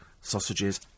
sausages